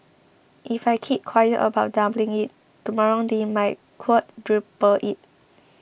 if I keep quiet about doubling it tomorrow they might quadruple it